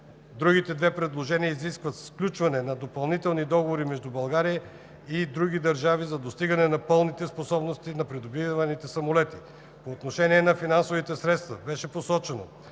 Другите две предложения изискват сключване на допълнителни договори между България и най-малко още две държави за достигане на пълните способности на придобиваните самолети. По отношение на финансовите средства беше посочено,